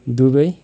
Dubai